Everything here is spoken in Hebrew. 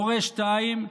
הורה 2,